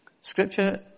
Scripture